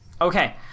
Okay